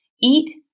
eat